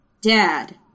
dad